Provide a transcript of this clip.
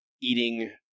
eating